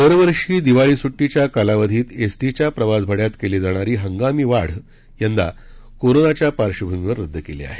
दरवर्षी दिवाळी स्ट्टीच्या कालावधीत एसटीच्या प्रवास भाड्यात केली जाणारी हंगामी वाढ यंदा कोरोनाच्या पार्श्वभूमीवर रद्द केली आहे